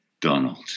Donald